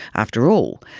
after all,